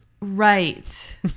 Right